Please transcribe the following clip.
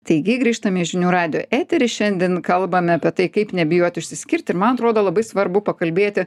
taigi grįžtam į žinių radijo eterį šiandien kalbame apie tai kaip nebijot išsiskirti man atrodo labai svarbu pakalbėti